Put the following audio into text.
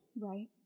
Right